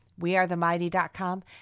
wearethemighty.com